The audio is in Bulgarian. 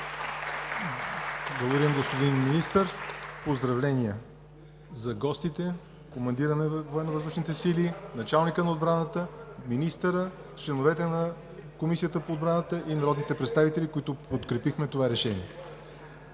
Благодаря Ви, господин Министър. Поздравления за гостите – командира на Военновъздушните сили, началника на отбраната, министъра, членовете на Комисията по отбраната и народните представители, които подкрепихме това решение.